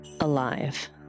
alive